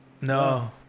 No